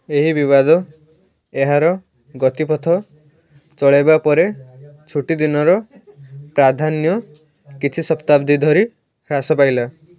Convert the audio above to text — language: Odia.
ଏହି ବିବାଦ ଏହାର ଗତିପଥ ଚଳାଇବା ପରେ ଛୁଟିଦିନର ପ୍ରାଧାନ୍ୟ କିଛି ଶତାବ୍ଦୀ ଧରି ହ୍ରାସ ପାଇଲା